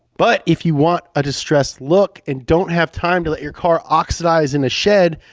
but if you want a distressed look and don't have time to let your car oxidize in a shed,